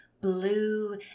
blue